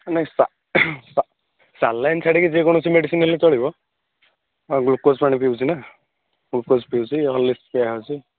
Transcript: ନାଇଁ ସା ସାଲାଇନ୍ ଛାଡ଼ିକି ଯେକୌଣସି ମେଡ଼ିସିନ୍ ଦେଲେ ଚଳିବ ହଁ ଗ୍ଲୁକୋଜ୍ ପାଣି ପିଉଛି ନା ଗ୍ଲୁକୋଜ୍ ପିଉଛି ହରଲିକ୍ସ୍ ପିଆହେଉଛି